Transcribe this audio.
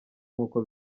nkuko